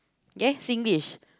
okay eh Singlish